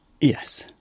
Yes